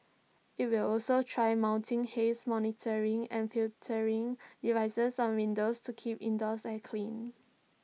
IT will also try mounting haze monitoring and filtering devices on windows to keep indoor air clean